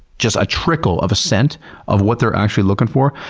just a trickle of a scent of what they're actually looking for,